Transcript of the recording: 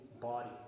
body